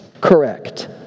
correct